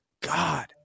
God